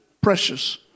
precious